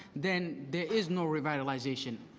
then there is no revitalization.